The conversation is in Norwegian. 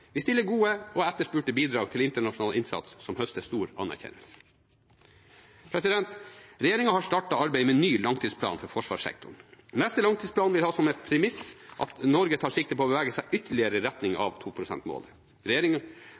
Vi stiller gode og etterspurte bidrag til internasjonal innsats som høster stor anerkjennelse. Regjeringen har startet arbeidet med ny langtidsplan for forsvarssektoren. Den neste langtidsplanen vil ha som et premiss at Norge tar sikte på å bevege seg ytterligere i retning av